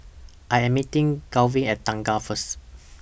I Am meeting Garvin At Thanggam First